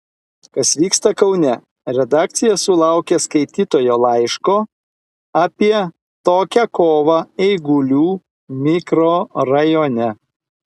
kas vyksta kaune redakcija sulaukė skaitytojo laiško apie tokią kovą eigulių mikrorajone